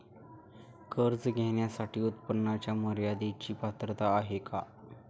कर्ज घेण्यासाठी उत्पन्नाच्या मर्यदेची पात्रता आहे का?